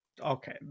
Okay